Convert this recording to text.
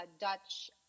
Dutch